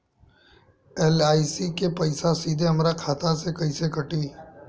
LIC के पईसा सीधे हमरा खाता से कइसे कटी?